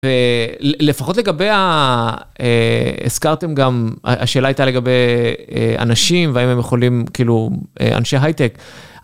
לפחות לגבי, הזכרתם גם, השאלה הייתה לגבי אנשים, והאם הם יכולים, כאילו, אנשי הייטק.